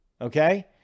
okay